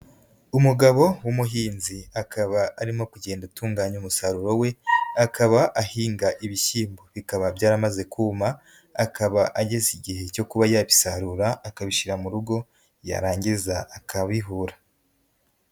Umugabo w'umuhinzi akaba arimo kugenda atunganya umusaruro we akaba ahinga ibishyimbo, bikaba byaramaze kuma akaba ageze igihe cyo kuba yabisarura akabishyira mu rugo, yarangiza akabihura.